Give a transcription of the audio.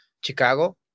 Chicago